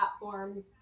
platforms